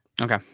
Okay